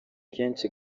kenshi